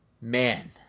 Man